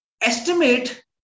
estimate